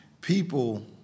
People